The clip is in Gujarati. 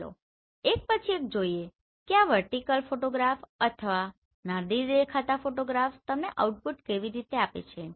ચાલો એક પછી એક જોઈએ કે આ વર્ટીકલ ફોટોગ્રાફ અથવા નાદિર દેખાતા ફોટોગ્રાફ્સ તમને આઉટપુટ કેવી રીતે આપે છે